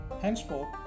henceforth